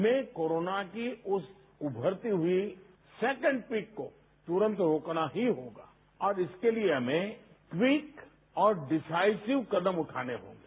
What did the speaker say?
हमें कोरोना की उस उभरती हुई सैकेंड पीक को तुरंत रोकना ही होगा और इसके लिए हमें क्वीक और डीसाइसिव कदम उठाने होंगे